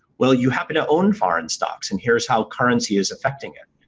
well, you happen to own foreign stocks and here's how currency is affecting and